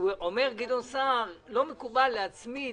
אומר גדעון סער שלא מקובל להצמיד